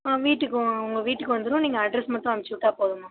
ஆ வீட்டுக்கு ஓ உங்கள் வீட்டுக்கு வந்துரும் நீங்கள் அட்ரஸ் மட்டும் அமுச்சி விட்டா போதும்மா